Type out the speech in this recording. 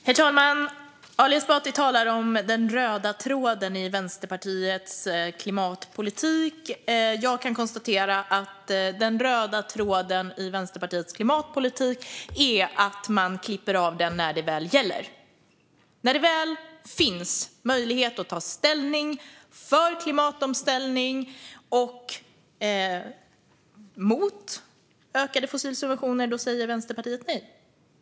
Herr talman! Ali Esbati talar om den röda tråden i Vänsterpartiets klimatpolitik. Jag kan konstatera att den röda tråden i Vänsterpartiets klimatpolitik är att man klipper av den när det väl gäller. När det väl finns möjlighet att ta ställning för klimatomställning och mot ökade fossilsubventioner säger Vänsterpartiet nej.